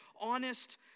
honest